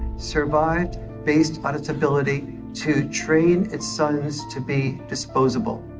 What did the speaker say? survived based on its ability to trade its sons to be disposable.